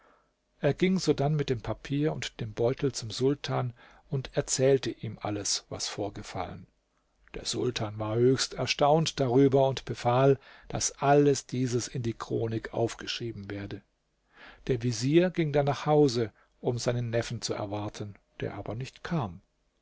er ging sodann mit dem papier und dem beutel zum sultan und erzählte ihm alles was vorgefallen der sultan war höchst erstaunt darüber und befahl daß alles dieses in die chronik aufgeschrieben werde der vezier ging dann nach hause um seinen neffen zu erwarten der aber nicht kam